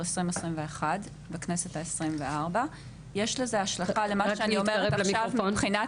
2021 לכנסת ה 24. יש לזה השלכה למה שאני אומרת עכשיו מבחינת